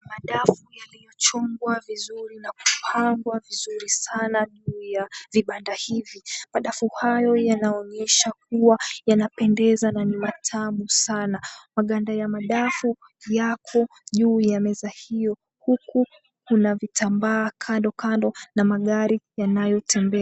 Madafu yaliyochongwa vizuri na kupangwa vizuri sana juu ya vibanda hivi. Madafu hayo yanaonyesha kuwa yanapendeza na ni matamu sana. Maganda ya madafu yako juu ya meza hiyo huku mna vitambaa kandokando na magari yanayotembea.